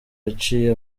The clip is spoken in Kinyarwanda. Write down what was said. yaciye